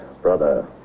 brother